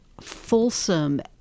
fulsome